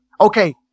Okay